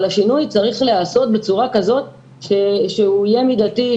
אבל השינוי צריך להיעשות בצורה כזאת שהוא יהיה מידתי,